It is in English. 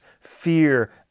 fear